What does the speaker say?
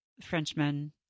Frenchmen